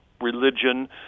religion